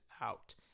out